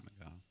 ago